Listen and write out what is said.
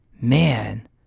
man